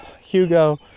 Hugo